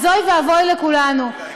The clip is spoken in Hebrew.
אז אוי ואבוי לכולנו.